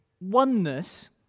oneness